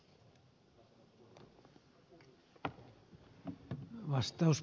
arvoisa puhemies